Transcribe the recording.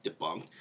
debunked